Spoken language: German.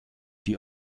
die